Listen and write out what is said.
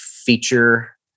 feature